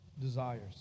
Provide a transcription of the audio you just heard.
desires